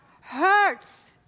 hurts